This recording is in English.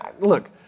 look